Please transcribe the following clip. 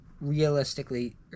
realistically